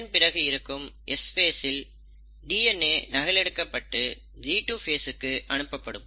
இதன்பிறகு இருக்கும் S phase இல் டிஎன்ஏ நகல் எடுக்கப்பட்டு G2 ஃபேசுக்கு அனுப்பப்படும்